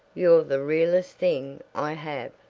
you're the realest thing i have.